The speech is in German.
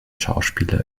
schauspieler